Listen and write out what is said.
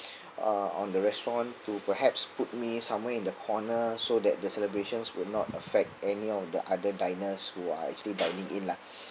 uh on the restaurant to perhaps put me somewhere in the corner so that the celebrations will not affect any of the other diners who are actually dining in lah